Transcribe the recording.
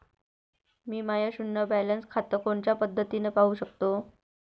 मी माय शुन्य बॅलन्स खातं कोनच्या पद्धतीनं पाहू शकतो?